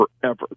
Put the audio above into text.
forever